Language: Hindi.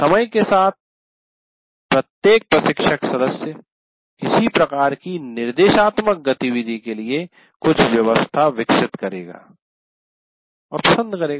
समय के साथ प्रत्येक प्रशिक्षक सदस्य किसी प्रकार की निर्देशात्मक गतिविधि के लिए कुछ व्यवस्था विकसित करेगा और पसंद करेगा